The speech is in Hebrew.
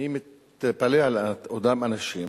אני מתפלא על אותם אנשים